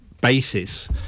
basis